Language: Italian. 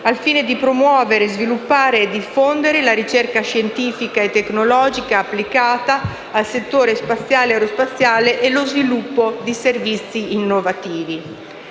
al fine di promuovere, sviluppare e diffondere la ricerca scientifica e tecnologica applicata al settore spaziale e aerospaziale e lo sviluppo di servizi innovativi;